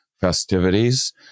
festivities